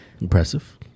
Impressive